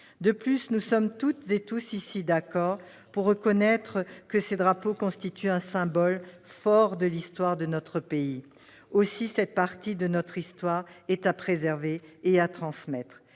De plus, nous sommes toutes et tous ici d'accord pour reconnaître que ces drapeaux constituent un symbole fort de l'histoire de notre pays. Aussi cette partie de notre héritage est-elle à préserver et à transmettre.